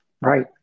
Right